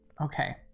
Okay